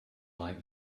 like